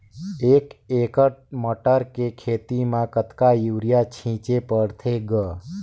एक एकड़ मटर के खेती म कतका युरिया छीचे पढ़थे ग?